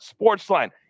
Sportsline